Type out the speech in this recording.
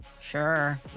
Sure